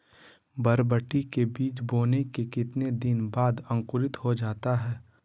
बरबटी के बीज बोने के कितने दिन बाद अंकुरित हो जाता है?